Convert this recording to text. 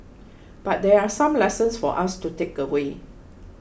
but there are some lessons for us to takeaway